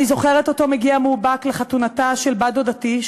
אני זוכרת אותו מגיע מאובק לחתונתה של בת-דודתי,